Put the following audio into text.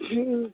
हूँ